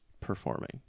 performing